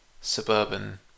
suburban